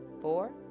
four